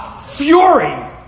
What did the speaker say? fury